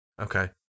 okay